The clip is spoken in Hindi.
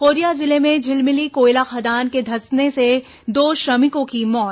कोरिया जिले में झिलमिली कोयला खदान के धंसकने से दो श्रमिकों की मौत